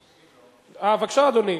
בן-סימון.